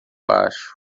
acho